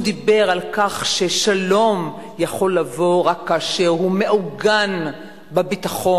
הוא דיבר על כך ששלום יכול לבוא רק כאשר הוא מעוגן בביטחון,